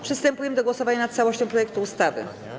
Przystępujemy do głosowania nad całością projektu ustawy.